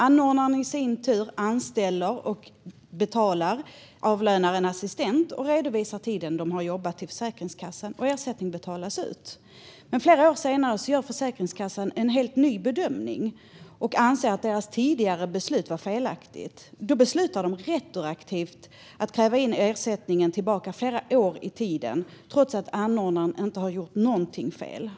Anordnaren i sin tur anställer och avlönar en assistent och redovisar för Försäkringskassan tiden assistenten jobbat. Ersättning betalas ut. Flera år senare gör Försäkringskassan en helt ny bedömning och anser att dess tidigare beslut var felaktigt. Då beslutar man att retroaktivt kräva in ersättning flera år tillbaka i tiden, trots att anordnaren inte gjort något fel.